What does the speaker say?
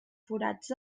forats